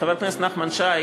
חבר הכנסת נחמן שי,